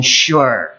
sure